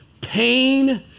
pain